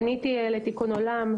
פניתי לתיקון עולם,